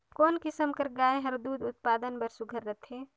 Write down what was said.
कोन किसम कर गाय हर दूध उत्पादन बर सुघ्घर रथे?